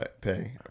Pay